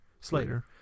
Slater